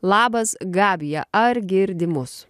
labas gabija ar girdi mus